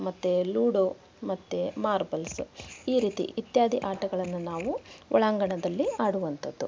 ಮತ್ತೇ ಲೂಡೋ ಮತ್ತೇ ಮಾರ್ಬಲ್ಸ್ ಈ ರೀತಿ ಇತ್ಯಾದಿ ಆಟಗಳನ್ನು ನಾವು ಒಳಾಂಗಣದಲ್ಲಿ ಆಡುವಂಥದ್ದು